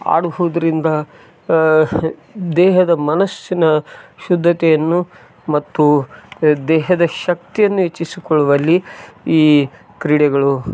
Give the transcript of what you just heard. ಆಡುವುದ್ರಿಂದ ದೇಹದ ಮನಸ್ಸಿನ ಶುದ್ದತೆಯನ್ನು ಮತ್ತು ದೇಹದ ಶಕ್ತಿಯನ್ನು ಹೆಚ್ಚಿಸಿಕೊಳ್ಳುವಲ್ಲಿ ಈ ಕ್ರೀಡೆಗಳು